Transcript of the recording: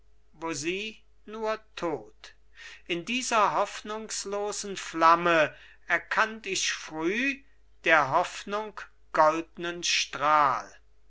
nur tod in dieser hoffnungslosen flamme erkannt ich früh der hoffnung goldnen strahl